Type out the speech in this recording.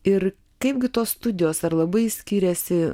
ir kaipgi tos studijos ar labai skiriasi